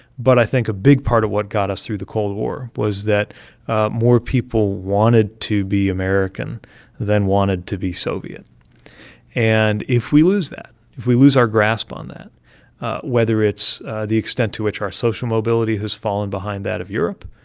but i think a big part of what got us through the cold war was that ah more people wanted to be american than wanted to be soviet and if we lose that, if we lose our grasp on that whether it's the extent to which our social mobility has fallen behind that of europe,